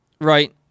right